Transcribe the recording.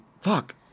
Fuck